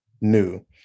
new